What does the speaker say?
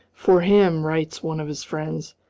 for him, writes one of his friends,